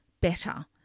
better